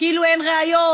כאילו אין ראיות,